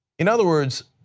in other words,